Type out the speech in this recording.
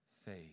faith